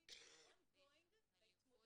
ליווי און-גואינג להתמודדות.